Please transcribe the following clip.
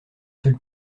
seul